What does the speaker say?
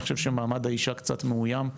אני חושב שמעמד האישה קצת מאוים,